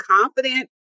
confident